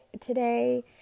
today